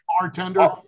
bartender